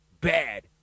bad